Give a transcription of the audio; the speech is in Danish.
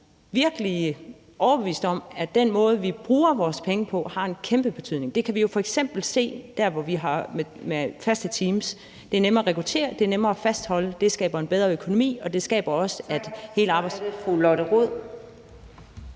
er overbevist om, at den måde, vi bruger vores penge på, har en kæmpe betydning. Det kan vi jo f.eks. se der, hvor vi har faste teams. Det er nemmere at rekruttere og det er nemmere at fastholde folk dér, og det skaber bl.a. en bedre økonomi, og det skaber også ...